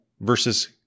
versus